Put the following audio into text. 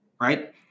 right